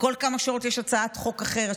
כל כמה שעות יש הצעת חוק אחרת,